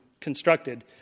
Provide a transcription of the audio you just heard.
constructed